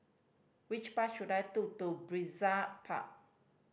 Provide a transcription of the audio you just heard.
which bus should I to Brizay Park